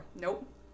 nope